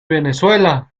venezuela